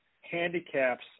handicaps